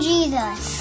Jesus